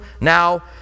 now